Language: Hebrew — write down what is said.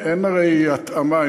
הרי אין התאמה,